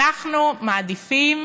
אנחנו מעדיפים